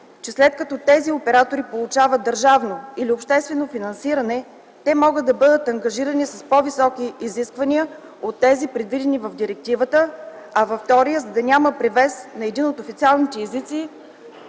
че след като тези оператори получават държавно или обществено финансиране, могат да бъдат ангажирани с по-високи изисквания от тези, предвидени в директивата, а във втория – за да няма превес на един от официалните езици